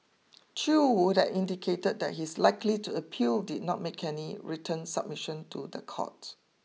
Chew who had indicated that he is likely to appeal did not make any written submission to the court